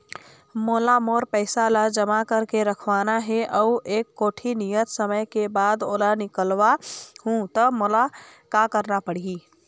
मोला मोर पैसा ला जमा करके रखवाना हे अऊ एक कोठी नियत समय के बाद ओला निकलवा हु ता मोला का करना पड़ही?